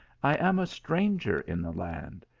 i am a stranger in the land.